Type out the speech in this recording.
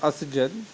Asjad